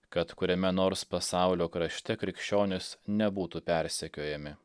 kad kuriame nors pasaulio krašte krikščionys nebūtų persekiojami